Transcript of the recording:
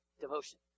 Devotion